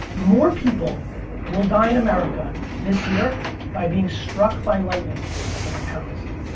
more people will die in america this year by being struck by lightning than terrorism.